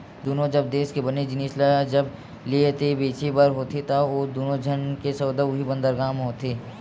दुनों जब देस के बने जिनिस ल जब लेय ते बेचें बर होथे ता ओ दुनों झन के सौदा उहीं बंदरगाह म होथे